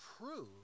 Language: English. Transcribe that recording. prove